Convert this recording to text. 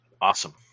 Awesome